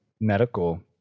medical